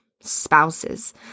spouses